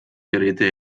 geräte